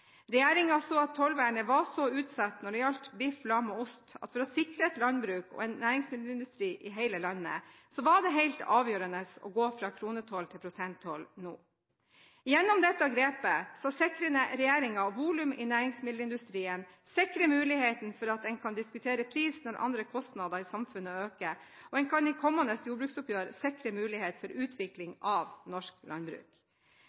at tollvernet var så utsatt når det gjaldt biff, lam og ost, at for å sikre et landbruk og en næringsmiddelindustri i hele landet, var det helt avgjørende å gå fra kronetoll til prosenttoll nå. Gjennom dette grepet sikrer regjeringen volum i næringsmiddelindustrien, sikrer muligheten for at en kan diskutere pris når andre kostnader i samfunnet øker, og en kan i kommende jordbruksoppgjør sikre mulighet for utvikling av norsk landbruk.